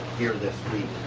here this week.